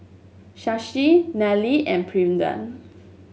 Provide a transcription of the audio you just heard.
Shashi Nnil and Pranav